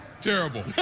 Terrible